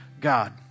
God